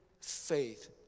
faith